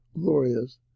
glorious